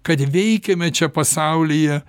kad veikiame čia pasaulyje